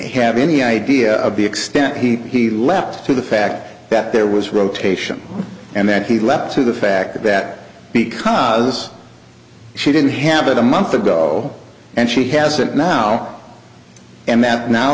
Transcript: have any idea of the extent he leapt to the fact that there was rotation and that he leapt to the fact that because she didn't have a month ago and she has it now and that now